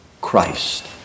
Christ